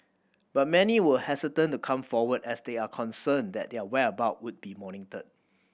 but many were hesitant to come forward as they are concerned that their whereabout would be monitored